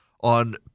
on